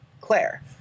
Claire